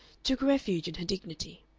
took refuge in her dignity.